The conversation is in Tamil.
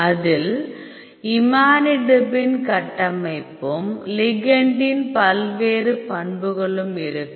அதில் இமாடினிபின் கட்டமைப்பும் லிகெண்டின் பல்வேறு பண்புகளும் இருக்கும்